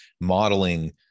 modeling